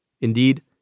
Indeed